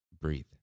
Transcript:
breathe